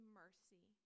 mercy